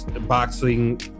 boxing